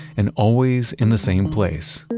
and always in the same place,